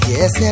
Yes